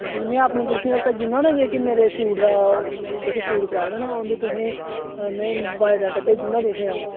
मतलब में इ'यां जेह्का भज्जी ओड़ना मेरे जेह्के शूट दा जेह्के शूट कराए देना उं'दा तुहें गी में बायोडाटा भेजी ओड़ना तुसें गी अ'ऊं